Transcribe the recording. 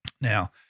Now